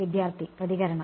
വിദ്യാർത്ഥി പ്രതികരണം